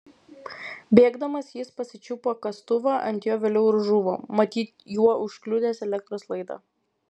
bėgdamas jis pasičiupo kastuvą ant jo vėliau ir žuvo matyt juo užkliudęs elektros laidą